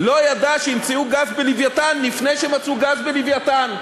לא ידע שימצאו גז ב"לווייתן" לפני שמצאו גז ב"לווייתן".